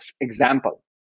example